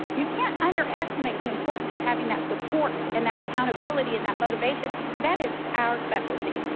you can't underestimate the importance of having that support and that accountability and that motivation. and that is our specialty.